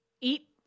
eat